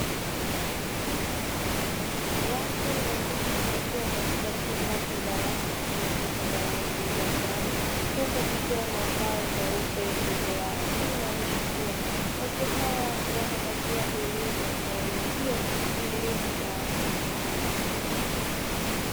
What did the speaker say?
Watu wazima wakiwa katika chumba cha darasa chenye kuta za rangi ya njano, huku kukiwa na ubao mweupe mbele yao. Hii inaonyesha kuwa watu hawa wanapatiwa elimu, na elimu hiyo ni elimu ya watu wazima.